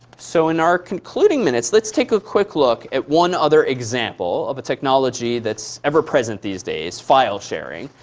so in our concluding minutes, let's take a quick look at one other example of a technology that's ever present these days, file sharing,